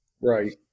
Right